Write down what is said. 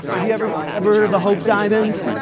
have you ever you ever heard of the hope diamond?